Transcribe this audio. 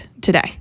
today